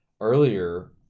earlier